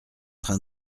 train